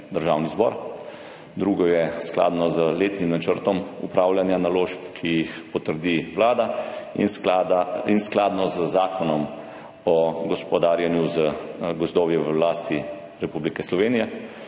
Državni zbor, drugič skladno z letnim načrtom upravljanja naložb, ki jih potrdi Vlada, in skladno z Zakonom o gospodarjenju z gozdovi v lasti Republike Slovenije.